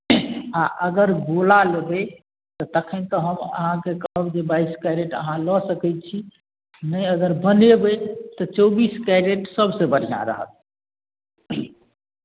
आ अगर गोला लेबै तऽ तखन तऽ हम अहाँकेँ कहब जे बाइस कैरेट अहाँ लऽ सकै छी नहि अगर बनेबै तऽ चौबीस कैरेट सभसँ बढ़िआँ रहत ठीक